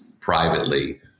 privately